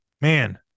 man